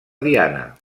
diana